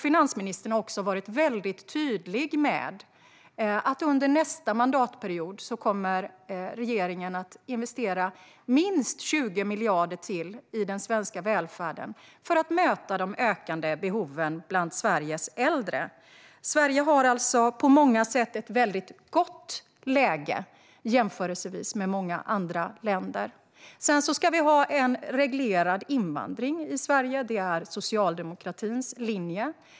Finansministern har också varit tydlig med att under nästa mandatperiod kommer regeringen att investera ytterligare minst 20 miljarder i den svenska välfärden för att möta de ökande behoven bland Sveriges äldre. Sverige har alltså på många sätt ett väldigt gott läge i jämförelse med många andra länder. Vi ska ha en reglerad invandring i Sverige; det är socialdemokratins linje.